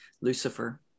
Lucifer